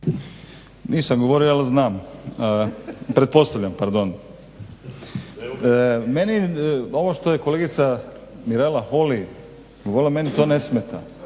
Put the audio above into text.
Nisam govorio ali znam, pretpostavljam pardon. Meni ovo što je kolegica Mirela Holy govorila meni to ne smeta.